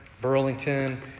Burlington